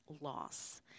Loss